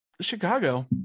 Chicago